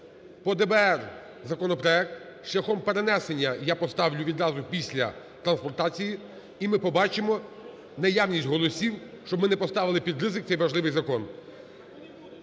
по ДБР законопроект шляхом перенесення я поставлю відразу після трансплантації, і ми побачимо наявність голосів, щоб ми не поставили під ризик цей важливий закон.